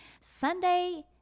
Sunday